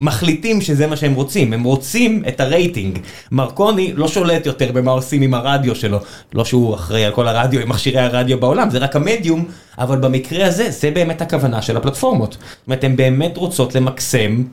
מחליטים שזה מה שהם רוצים, הם רוצים את הרייטינג מרקוני לא שולט יותר במה עושים עם הרדיו שלו לא שהוא אחראי על כל הרדיוים, מכשירי הרדיו בעולם, זה רק המדיום אבל במקרה הזה, זה באמת הכוונה של הפלטפורמות זאת אומרת, הן באמת רוצות למקסם